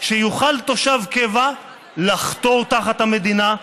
שיוכל תושב קבע לחתור תחת המדינה,